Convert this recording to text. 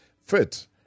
fit